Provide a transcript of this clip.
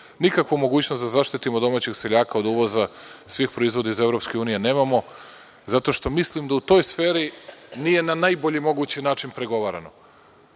nikakvu mogućnost da zaštitimo domaćeg seljaka od uvoza svih proizvoda iz EU, zato što mislim da u toj sferi nije na najbolji mogući način pregovarano,